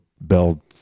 Bell